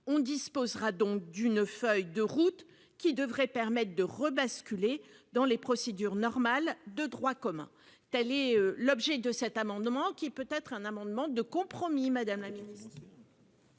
disposerons donc d'une feuille de route qui devrait permettre de basculer de nouveau dans les procédures normales de droit commun. Tel est l'objet de cet amendement, qu'il faut voir comme un amendement de compromis, madame la ministre.